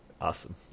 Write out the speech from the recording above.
Awesome